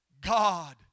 God